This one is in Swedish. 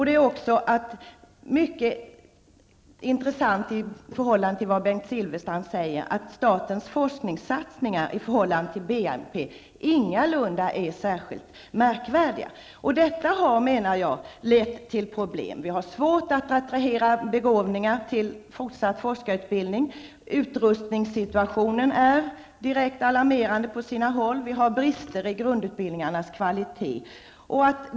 Det är också mycket intressant, med anledning av vad Bengt Silfverstrand säger, att statens forskningssatsningar i förhållande till BNP ingalunda är särskilt märkvärdiga. Det har lett till problem. Det är svårt att attrahera begåvningar till fortsatt forskarutbildning. Utrustningssituationen är direkt alarmerande på sina håll. Det är brister i grundutbildningarnas kvalitet.